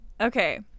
Okay